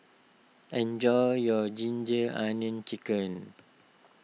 enjoy your Ginger Onions Chicken